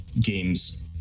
game's